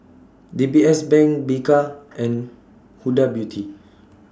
D B S Bank Bika and Huda Beauty